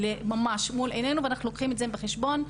שממש מול עינינו ואנחנו לוקחים אותם בחשבון.